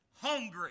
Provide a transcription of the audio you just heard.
Hungry